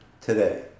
today